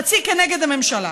חצי כנגד הממשלה.